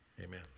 Amen